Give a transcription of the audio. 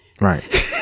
Right